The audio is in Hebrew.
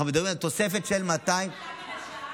אנחנו מדברים על תוספת של 200, יש תוספת לשעה?